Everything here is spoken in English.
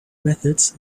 methods